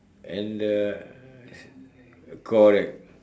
and the uh correct